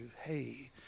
hey